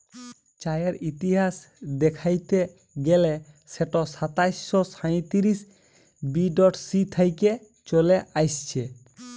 চাঁয়ের ইতিহাস দ্যাইখতে গ্যালে সেট সাতাশ শ সাঁইতিরিশ বি.সি থ্যাইকে চলে আইসছে